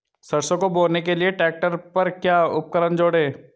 सरसों को बोने के लिये ट्रैक्टर पर क्या उपकरण जोड़ें?